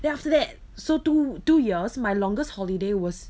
then after that so two two years my longest holiday was